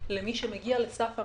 למי שמגיע לסף המס.